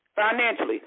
financially